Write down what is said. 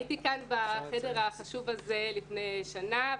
הייתי כאן בחדר החשוב הזה לפני שנה,